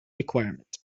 requirement